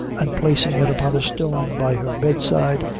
and placing it upon a stone by her bedside,